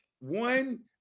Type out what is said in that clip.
one